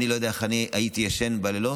אני לא יודע איך אני הייתי ישן בלילות,